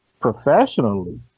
Professionally